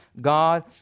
God